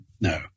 No